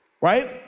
right